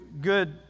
good